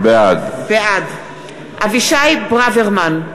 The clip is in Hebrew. בעד אבישי ברוורמן,